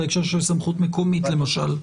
בהקשר של סמכות מקומית למשל.